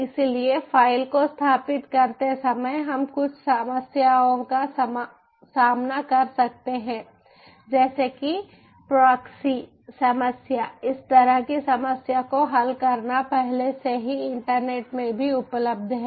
इसलिए फ़ाइल को स्थापित करते समय हम कुछ समस्याओं का सामना कर सकते हैं जैसे कि प्रॉक्सी समस्या इस तरह की समस्या को हल करना पहले से ही इंटरनेट में भी उपलब्ध है